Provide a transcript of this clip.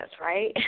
right